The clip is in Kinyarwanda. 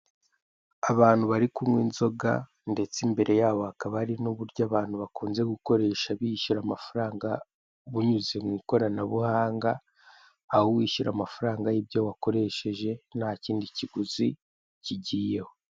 Abantu bari kunywa inzoga, ndetse imbere yabo hakaba hari n'uburyo abantu bakunze gukoresha bishyura amafaranga bunyuze mu ikoranabuhanga, aho wishyura amafaranga y'ibyo wakoresheje nta kindi kiguzi kigiyeho.